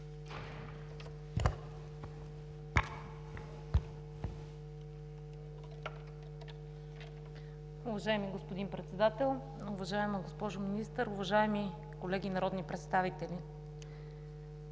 Уважаеми господин Председател, уважаема госпожо Министър, уважаеми колеги народни представители!